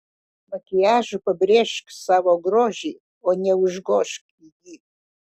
makiažu pabrėžk savo grožį o ne užgožk jį